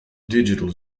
digital